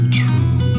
true